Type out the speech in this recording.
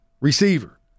receiver